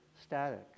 static